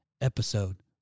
episode